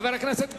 חבר הכנסת כץ.